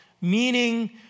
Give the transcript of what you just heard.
Meaning